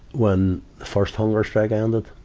when the first hunger strike ended.